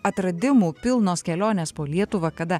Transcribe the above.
atradimų pilnos kelionės po lietuvą kada